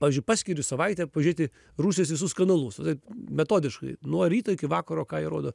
pavyzdžiui paskiriu savaitę pažiūrėti rusijos visus kanalus nu taip metodiškai nuo ryto iki vakaro ką jie rodo